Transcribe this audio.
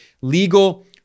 legal